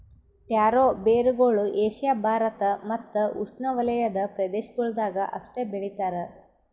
taro ಬೇರುಗೊಳ್ Asia Bharat ಮತ್ತ್ ಉಷ್ಣೆವಲಯದ ಪ್ರದೇಶಗೊಳ್ದಾಗ್ ಅಷ್ಟೆ ಬೆಳಿತಾರ್